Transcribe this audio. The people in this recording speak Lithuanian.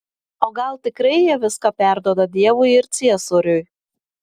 o gal tikrai jie viską perduoda dievui ir ciesoriui